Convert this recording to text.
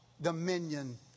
dominion